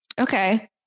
Okay